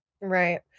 Right